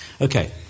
Okay